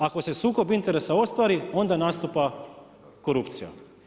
Ako se sukob interesa ostvari, onda nastupa korupcija.